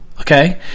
Okay